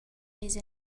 eis